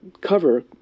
cover